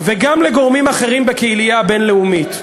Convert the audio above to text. וגם לגורמים אחרים בקהילה הבין-לאומית.